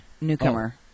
Newcomer